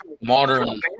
modern